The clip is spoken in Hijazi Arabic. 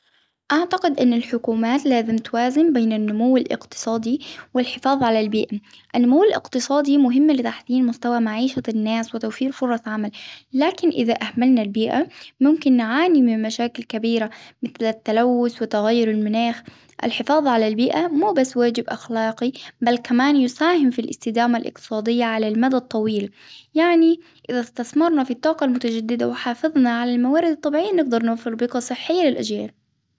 أعتقد أن الحكومات لازم توازن بين النمو الإقتصادي والحفاظ على البيئة، النمو الإقتصادي مهم لتحسين مستوى معيشة الناس وتوفير فرص عمل، لكن إذا أهملنا البيئة ممكن نعاني من مشاكل كبيرة مثل التلوث وتغير المناخ، الحفاظ على البيئة مو بس واجب بل كمان يساهم في الإستدامة الإقتصادية على المدى الطويل، يعني إذا استثمرنا في الطاقة المتجددة وحافظنا على الموارد الطبيعية نقدر نوصل بطريقة صحية للاجيال.